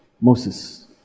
Moses